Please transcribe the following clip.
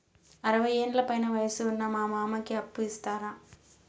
అరవయ్యేండ్ల పైన వయసు ఉన్న మా మామకి అప్పు ఇస్తారా